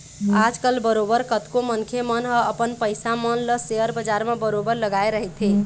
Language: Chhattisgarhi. आजकल बरोबर कतको मनखे मन ह अपन पइसा मन ल सेयर बजार म बरोबर लगाए रहिथे